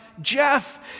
Jeff